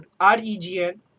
REGN